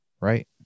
right